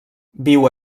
viu